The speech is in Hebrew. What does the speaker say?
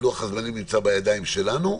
לוח הזמנים נמצא בידיים שלנו,